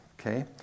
okay